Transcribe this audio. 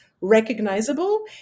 recognizable